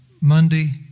Monday